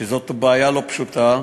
וזאת בעיה לא פשוטה,